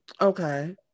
Okay